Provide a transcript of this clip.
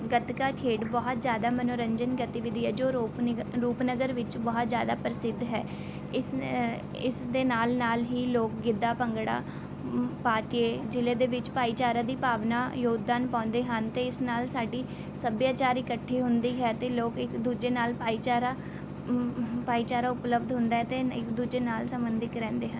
ਗੱਤਕਾ ਖੇਡ ਬਹੁਤ ਜ਼ਿਆਦਾ ਮਨੋਰੰਜਨ ਗਤੀਵਿਧੀ ਹੈ ਜੋ ਰੋਪਨਿਗ ਰੂਪਨਗਰ ਵਿੱਚ ਬਹੁਤ ਜ਼ਿਆਦਾ ਪ੍ਰਸਿੱਧ ਹੈ ਇਸ ਨ ਇਸ ਦੇ ਨਾਲ ਨਾਲ ਹੀ ਲੋਕ ਗਿੱਧਾ ਭੰਗੜਾ ਪਾ ਕੇ ਜ਼ਿਲ੍ਹੇ ਦੇ ਵਿੱਚ ਭਾਈਚਾਰੇ ਦੀ ਭਾਵਨਾ ਯੋਗਦਾਨ ਪਾਉਂਦੇ ਹਨ ਅਤੇ ਇਸ ਨਾਲ ਸਾਡੀ ਸੱਭਿਆਚਾਰ ਇੱਕਠੀ ਹੁੰਦੀ ਹੈ ਅਤੇ ਲੋਕ ਇੱਕ ਦੂਜੇ ਨਾਲ ਭਾਈਚਾਰਾ ਹ ਭਾਈਚਾਰਾ ਉਪਲਬਧ ਹੁੰਦਾ ਹੈ ਅਤੇ ਇੱਕ ਦੂਜੇ ਨਾਲ ਸਬੰਧਿਤ ਰਹਿੰਦੇ ਹਨ